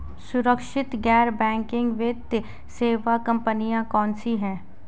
सुरक्षित गैर बैंकिंग वित्त सेवा कंपनियां कौनसी हैं?